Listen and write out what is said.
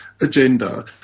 agenda